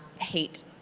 hate